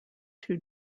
two